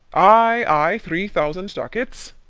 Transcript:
ay, ay, three thousand ducats.